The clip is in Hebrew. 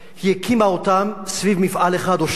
היא הקימה אותן סביב מפעל אחד או שניים,